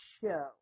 show